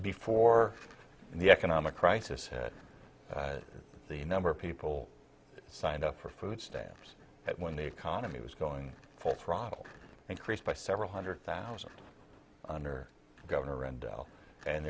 before the economic crisis the number of people signed up for food stamps when the economy was going full throttle increased by several hundred thousand under governor rendell and